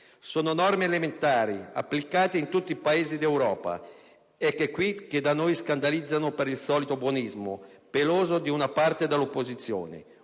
Sono norme elementari, applicate in tutti i Paesi d'Europa e che qui da noi scandalizzano per il solito buonismo peloso di una parte dell' opposizione